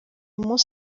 munsi